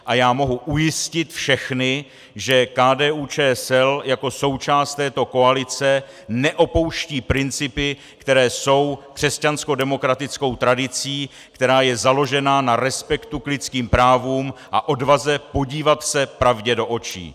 A já mohu ujistit všechny, že KDUČSL jako součást této koalice neopouští principy, které jsou křesťanskodemokratickou tradicí, která je založena na respektu k lidským právům a odvaze podívat se pravdě do očí.